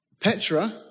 Petra